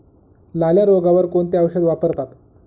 लाल्या रोगावर कोणते औषध वापरतात?